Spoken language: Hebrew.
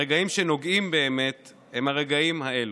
הרגעים שנוגעים באמת, הם הרגעים האלה,